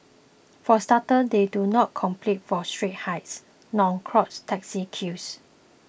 for starters they do not compete for street hires nor clog taxi queues